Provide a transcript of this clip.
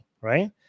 right